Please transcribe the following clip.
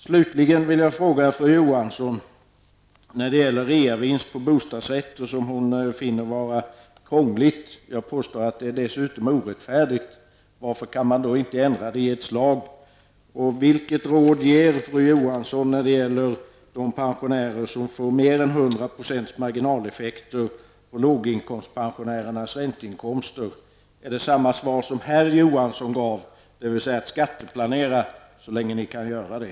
Slutligen vill jag fråga fru Johansson beträffande systemet med reavinst på bostadsrätter, vilket hon finner vara krångligt. Jag påstår att det dessutom är orättfärdigt. Varför kan man då inte ändra det i ett slag? Vilket råd ger fru Johansson när det gäller de låginkomstpensionärer som får mer än 100 % marginaleffekter på sina ränteinkomster? Får de samma svar som herr Johansson gav, dvs. att de skall skatteplanera så länge de kan göra det?